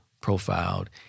profiled